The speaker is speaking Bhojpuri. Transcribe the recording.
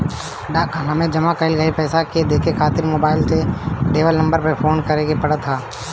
डाक खाना में जमा कईल पईसा के देखे खातिर मोबाईल से देवल नंबर पे फोन करे के पड़त ह